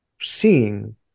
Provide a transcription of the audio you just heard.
seeing